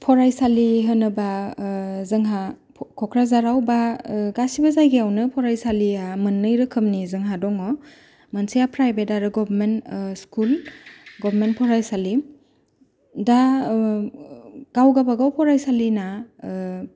फरायसालि होनोबा जोंहा क'क्राझाराव बा गासिबो जायगायावनो फरायसालिया मोननै रोखोमनि जोंहा दङ मोनसेया प्राइभेट आरो गभमेन्ट स्कुल गभमेन्ट फरायसालि दा गाव गाबा गाव फरायसालिना